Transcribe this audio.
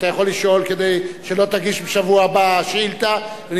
אתה יכול לשאול כדי שלא תגיש בשבוע הבא שאילתא ואני